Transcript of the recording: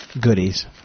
goodies